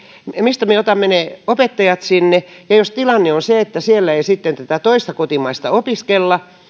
mistä me otamme ne opettajat sinne jos tilanne on se että siellä ei sitten tätä toista kotimaista opiskella